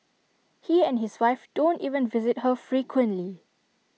he and his wife don't even visit her frequently